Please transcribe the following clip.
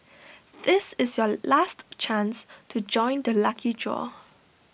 this is your last chance to join the lucky draw